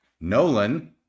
Nolan